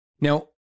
Now